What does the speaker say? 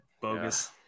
bogus